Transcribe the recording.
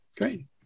Great